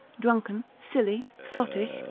drunken, silly, sottish,